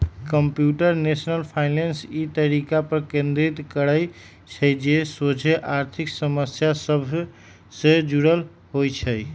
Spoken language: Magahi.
कंप्यूटेशनल फाइनेंस इ तरीका पर केन्द्रित करइ छइ जे सोझे आर्थिक समस्या सभ से जुड़ल होइ छइ